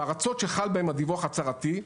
בארצות שחל בהם הדיווח ההצהרתי,